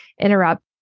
interrupt